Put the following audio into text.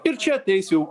ir čia ateis jau